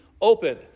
open